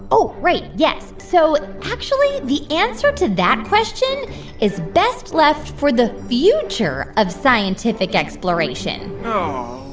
oh, right, yes. so actually, the answer to that question is best left for the future of scientific exploration oh,